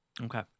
Okay